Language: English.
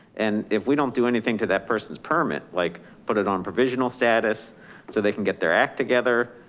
and if we don't do anything to that, person's permit, like put it on provisional status so they can get their act together.